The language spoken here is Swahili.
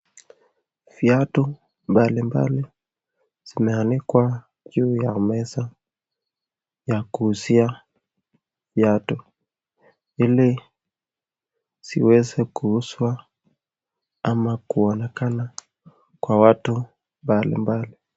Viatu mbalimbali zimeanikwa juu ya meza ya kuuzia viatu ili ziweze kuuzwa ama kuonekana kwa watu mbalimbali.